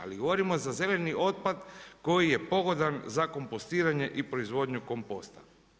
Ali govorimo za zeleni otpad koji je pogodan za kompostiranje i proizvodnju komposta.